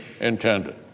intended